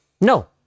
No